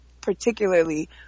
particularly